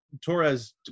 Torres